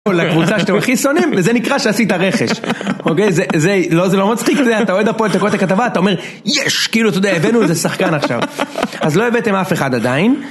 לקבוצה שאתם הכי שונאים, וזה נקרא שעשית רכש, אוקיי, זה, זה, לא, זה לא מצחיק, אתה יודע, אתה אוהד הפועל, אתה קורא את הכתבה, אתה אומר - יש! כאילו, אתה יודע, הבאנו איזה שחקן עכשיו, אז לא הבאתם אף אחד עדיין.